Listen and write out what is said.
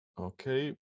Okay